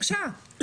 בבקשה,